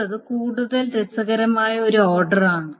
അടുത്തത് കൂടുതൽ രസകരമാണ് ഒരു ഓർഡറാണ്